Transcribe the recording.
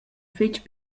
fetg